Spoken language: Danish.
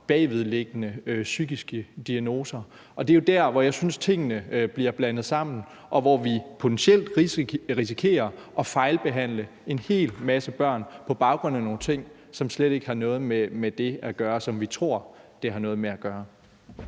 bagvedliggende psykiske diagnoser, og det er jo der, hvor jeg synes tingene bliver blandet sammen, og hvor vi potentielt risikerer at fejlbehandle en hel masse børn på baggrund af nogle ting, som slet ikke har noget med det at gøre, som vi tror det har noget med at gøre.